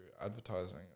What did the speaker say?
advertising